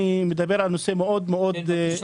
אני מדבר על נושא מאוד חשוב,